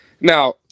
Now